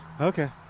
Okay